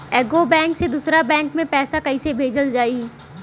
एगो बैक से दूसरा बैक मे पैसा कइसे भेजल जाई?